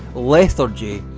lethargy,